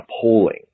polling